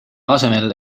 asemel